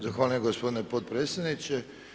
Zahvaljujem gospodine potpredsjedniče.